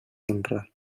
honrat